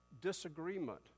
disagreement